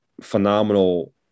phenomenal